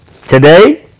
Today